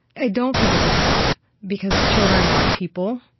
i don't think it's oppressive because children are people.